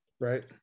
right